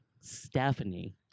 Stephanie